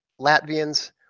Latvians